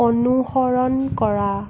অনুসৰণ কৰা